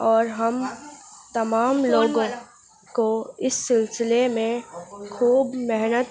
اور ہم تمام لوگوں کو اس سلسلے میں خوب محنت